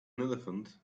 elephant